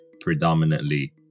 predominantly